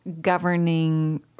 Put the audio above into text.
governing